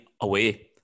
away